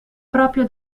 proprio